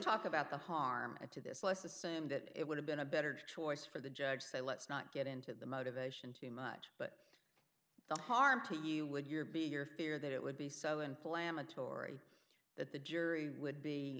talk about the harm to this less assume that it would have been a better choice for the judge so let's not get into the motivation too much but the harm to you would your be your fear that it would be so and calamitous ory that the jury would be